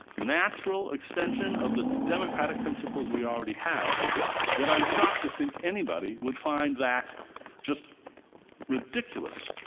natural extension of the democratic principles we already have that i'm shocked to think anybody would find that just ridiculous.